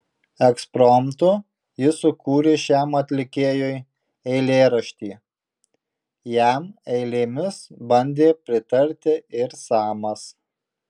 ekspromtu jis sukūrė šiam atlikėjui eilėraštį jam eilėmis bandė pritarti ir samas